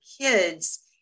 kids